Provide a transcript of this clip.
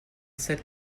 sept